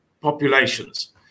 populations